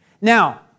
Now